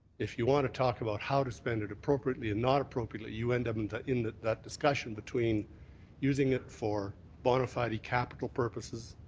if you want to talk about how to spend it appropriately and not apprriately you end up and in that that discussion between using it for bona fide capital purposes,